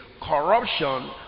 corruption